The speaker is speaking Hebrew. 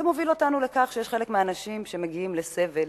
זה מוביל אותנו לכך שחלק מהאנשים מגיעים לסבל,